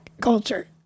culture